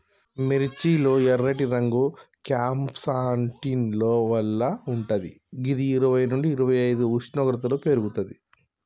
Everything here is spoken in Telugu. మిర్చి లో ఎర్రటి రంగు క్యాంప్సాంటిన్ వల్ల వుంటది గిది ఇరవై నుండి ఇరవైఐదు ఉష్ణోగ్రతలో పెర్గుతది